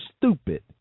stupid